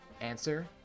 Answer